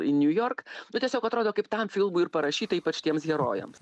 new york tiesiog atrodo kaip tam filmui ir parašyta ypač tiems herojams